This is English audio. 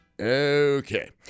Okay